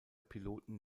piloten